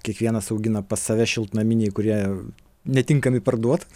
kiekvienas augina pas save šiltnaminiai kurie netinkami parduot